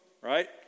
right